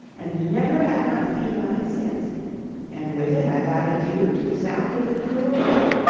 and never had my feet on it since and with it i bade adieu to the sound of the cruel whip,